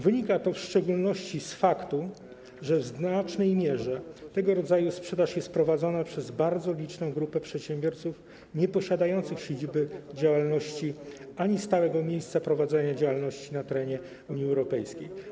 Wynika to w szczególności z faktu, że w znacznej mierze tego rodzaju sprzedaż jest prowadzona przez bardzo liczną grupę przedsiębiorców nieposiadających siedziby działalności ani stałego miejsca prowadzenia działalności na terenie Unii Europejskiej.